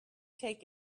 take